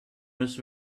was